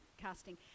casting